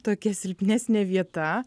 tokia silpnesnė vieta